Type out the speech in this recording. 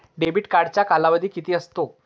Debit कार्डचा कालावधी किती असतो?